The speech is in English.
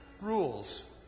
rules